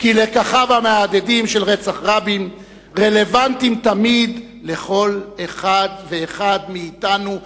כי לקחיו המהדהדים של רצח רבין רלוונטיים תמיד לכל אחד ואחד מאתנו,